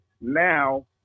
now